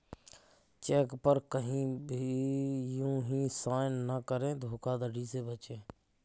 check पर कहीं भी यू हीं साइन न करें धोखाधड़ी से बचे